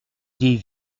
des